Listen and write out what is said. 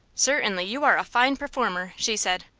certainly you are a fine performer, she said.